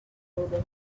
rode